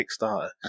Kickstarter